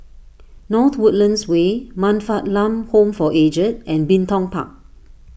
North Woodlands Way Man Fatt Lam Home for Aged and Bin Tong Park